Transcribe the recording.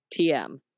TM